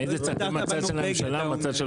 אתה בצד של הממשלה או בצד של